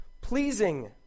pleasing